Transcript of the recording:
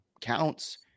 counts